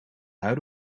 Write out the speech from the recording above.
out